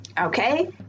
Okay